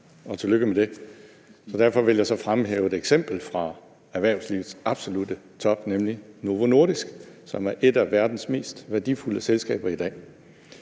og tillykke med det. Derfor vil jeg så fremhæve et eksempel fra erhvervslivets absolutte top, nemlig Novo Nordisk, som er et af verdens mest værdifulde selskaber i dag.